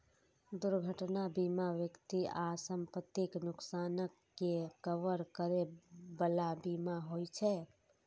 दुर्घटना बीमा व्यक्ति आ संपत्तिक नुकसानक के कवर करै बला बीमा होइ छे